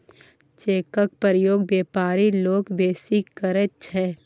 चेकक प्रयोग बेपारी लोक बेसी करैत छै